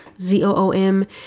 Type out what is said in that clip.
z-o-o-m